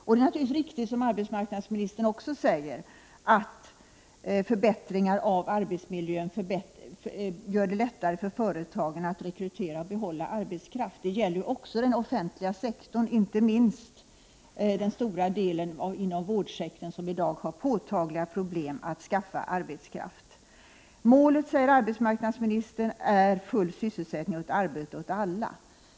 Det är naturligtvis riktigt som arbetsmarknadsministern också säger att förbättringar av arbetsmiljön gör det lättare för företagen att rekrytera och behålla arbetskraft. Det gäller också den offentliga sektorn, inte minst den stora vårdsektorn, där det i dag finns påtagliga problem att skaffa arbetskraft. Målet, säger arbetsmarknadsministern, är full sysselsättning och arbete åt alla.